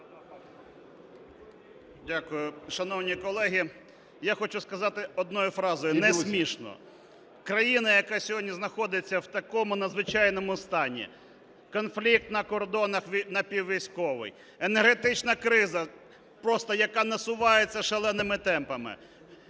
Дякую. Шановні колеги, я хочу сказати одною фразою: не смішно. Країна, яка сьогодні знаходиться в такому надзвичайному стані: конфлікт на кордонах напіввійськовий, енергетична криза, просто яка насувається шаленими темпами,